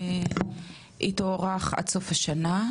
היא תוארך עד סוף השנה,